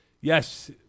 yes